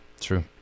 true